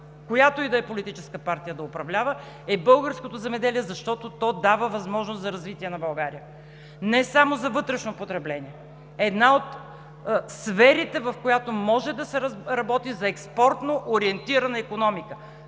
която и да е политическа партия да управлява, е българското земеделие, защото то дава възможност за развитие на България не само за вътрешно потребление – една от сферите, в която може да се работи за експортно ориентирана икономика